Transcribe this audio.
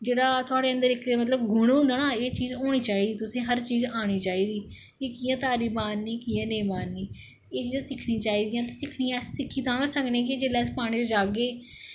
जेह्ड़ा तुआढ़े अन्दर इक गुन होंदा ना एह् चीज होनी चाहिदी हर चीज औनी चाहिदी कि कि'यां तारी मारनी कि'यां नेईं मारनी एह् चीज़ां सिक्खनी चाहिदियां ते सिक्खी अस तां गै सकने जे अस पानी च जाह्गे